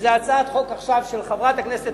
ועכשיו זאת הצעת חוק של חברת הכנסת